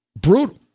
Brutal